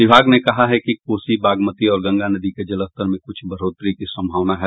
विभाग ने कहा है कि कोसी बागमती और गंगा नदी के जलस्तर में कुछ बढ़ोतरी की संभावना है